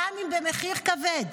גם אם במחיר כבד,